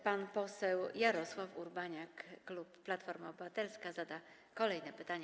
Pan poseł Jarosław Urbaniak, klub Platforma Obywatelska, zada kolejne pytanie.